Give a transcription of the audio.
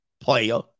player